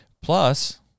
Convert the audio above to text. Plus